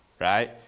right